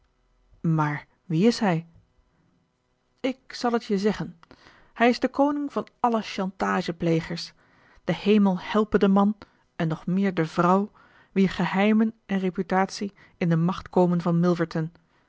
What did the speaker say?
maar wie is hij ik zal het je zeggen hij is de koning van alle chantageplegers de hemel helpe den man en nog meer de vrouw wier geheimen en reputatie in de macht komen van milverton